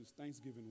Thanksgiving